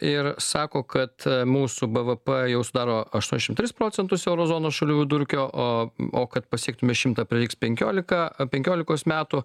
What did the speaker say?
ir sako kad mūsų bvp jau sudaro aštuoniasdešimt tris procentus euro zonos šalių vidurkio o kad pasiektume šimtą prireiks penkiolika penkiolikos metų